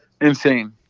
Insane